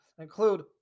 include